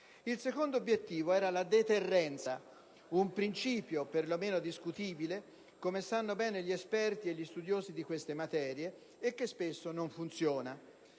Il secondo obiettivo era la "deterrenza": un principio per lo meno discutibile, come sanno bene gli esperti e gli studiosi di queste materie, e che spesso non funziona.